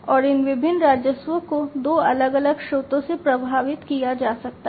और इन विभिन्न राजस्वों को दो अलग अलग स्रोतों से प्रवाहित किया जा सकता है